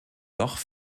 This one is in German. doch